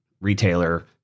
retailer